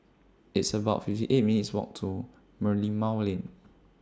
It's about fifty eight minutes' Walk to Merlimau Lane